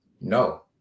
No